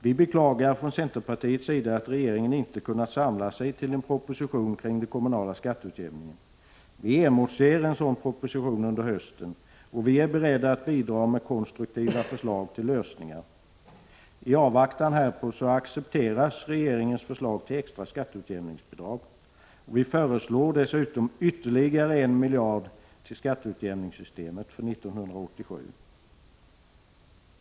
Vi beklagar från centerpartiet att regeringen inte kunnat samla sig till en proposition kring den kommunala skatteutjämningen. Vi emotser en sådan proposition under hösten och är beredda att bidra med konstruktiva förslag till lösningar. I avvaktan härpå accepteras regeringens förslag till extra skatteutjämningsbidrag. Vi föreslår dessutom ytterligare 1 miljard till skatteutjämningssystemet för 1987.